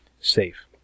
safe